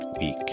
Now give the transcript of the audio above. week